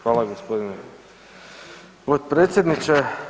Hvala g. potpredsjedniče.